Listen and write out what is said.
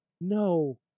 no